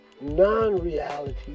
non-reality